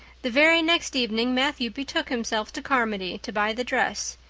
the very next evening matthew betook himself to carmody to buy the dress,